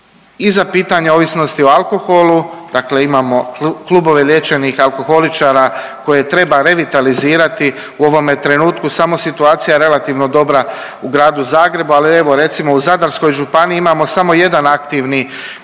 za pitanje ovisnosti o alkoholu, dakle imamo klubove liječenih alkoholičara koje treba revitalizirati. U ovome trenutku samo situacija je relativno dobra u gradu Zagrebu, ali evo recimo u Zadarskoj županiji imamo samo jedan aktivni